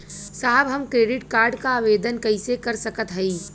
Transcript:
साहब हम credit card क आवेदन कइसे कर सकत हई?